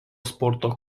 sporto